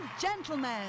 gentlemen